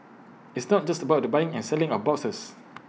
it's not just about the buying and selling of boxes